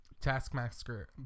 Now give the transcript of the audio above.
Taskmaster